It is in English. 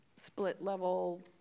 split-level